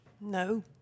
No